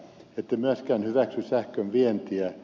ette myöskään hyväksy sähkön vientiä